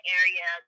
area